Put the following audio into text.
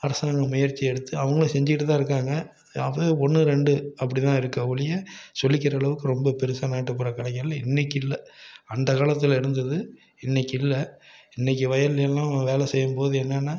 அரசாங்கம் முயற்சி எடுத்து அவங்களும் செஞ்சிட்டு தான் இருக்காங்க யாராவது ஒன்று ரெண்டு அப்டித்தான் இருக்கு ஒழிய சொல்லிக்கிற அளவுக்கு ரொம்ப பெருசாக நாட்டுப்புற கலைகள் இன்றைக்கு இல்லை அந்த காலத்தில் இருந்து இன்றைக்கு இல்லை இன்றைக்கு வயலியெல்லாம் வேலை செய்யும் போது என்னன்னா